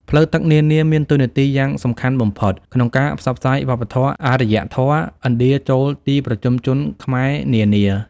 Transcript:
ផ្លូវទឹកនានា មានតួនាទីយ៉ាងសំខាន់បំផុត ក្នុងការផ្សព្វផ្សាយ វប្បធម៌ អារ្យធម៌ ឥណ្ឌាចូលទីប្រជុំជនខ្មែរនានា ។